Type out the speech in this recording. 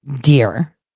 dear